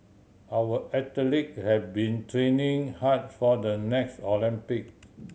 our athlete have been training hard for the next Olympic